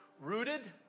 Rooted